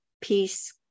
peace